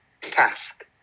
task